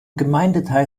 gemeindeteil